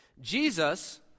Jesus